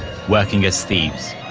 working as thieves.